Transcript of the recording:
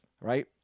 right